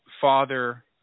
father